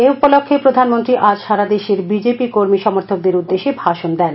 এ উপলক্ষে প্রধানমন্ত্রী আজ সারা দেশের বিজেপি কর্মী সমর্থকদের উদ্দেশ্যে ভাষণ দেন